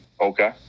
Okay